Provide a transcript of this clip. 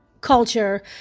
culture